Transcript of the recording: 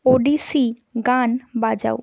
ওডিশি গান বাজাও